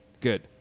Good